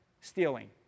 Stealing